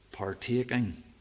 Partaking